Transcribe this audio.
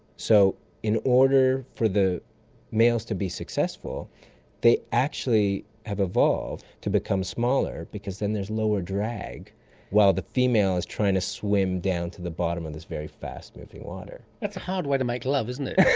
so in order for the males to be successful they actually have evolved to become smaller because then there's lower drag while the female is trying to swim down to the bottom of this very fast moving water. that's a hard way to make love, isn't it!